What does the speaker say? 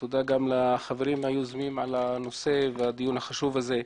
תודה לחברים היוזמים על הנושא והדיון החשוב הזה.